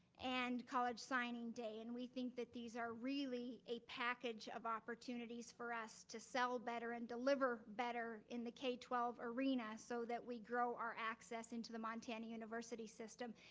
and college signing day. and we think that these are really a package of opportunities for us to sell better and deliver better in the k twelve arena so that we grow our access into the montana university system.